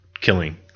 killing